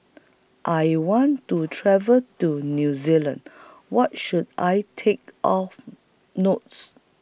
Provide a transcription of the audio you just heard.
I want to travel to New Zealand What should I Take of Notes